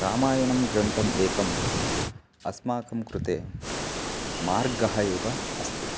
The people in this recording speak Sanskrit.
रामायणं ग्रन्थम् एकम् अस्माकं कृते मार्गः एव अस्ति